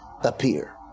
appear